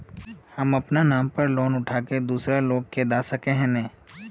हम अपना नाम पर लोन उठा के दूसरा लोग के दा सके है ने